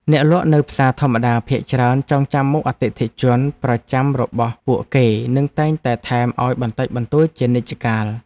អ្នកលក់នៅផ្សារធម្មតាភាគច្រើនចងចាំមុខអតិថិជនប្រចាំរបស់ពួកគេនិងតែងតែថែមឱ្យបន្តិចបន្តួចជានិច្ចកាល។